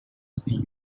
see